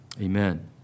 Amen